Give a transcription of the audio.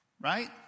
right